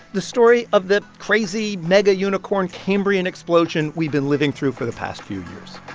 the story of the crazy megaunicorn cambrian explosion we've been living through for the past few years